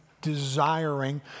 Desiring